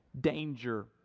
danger